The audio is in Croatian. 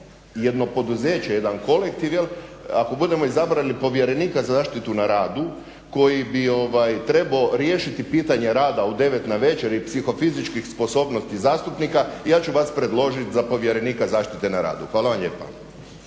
jedno poduzeće, jedan kolektiv ako budemo izabrali povjerenika za zaštitu na radu koji bi trebao riješiti rada i 9 navečer i psihofizičkih sposobnosti zastupnika ja ću vas predložiti za povjerenika zaštite na radu. Hvala vam lijepa.